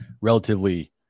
relatively